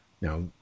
Now